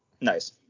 Nice